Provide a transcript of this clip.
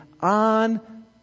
on